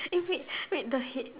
eh wait wait the head